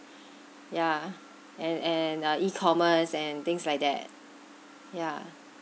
yeah and and uh e-commerce and things like that yeah